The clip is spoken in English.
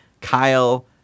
Kyle